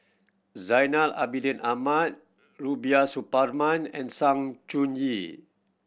Zainal Abidin Ahmad Rubiah Suparman and Sng Choon Yee